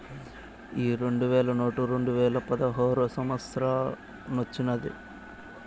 ఈ రెండు వేల నోటు రెండువేల పదహారో సంవత్సరానొచ్చినాది